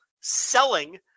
selling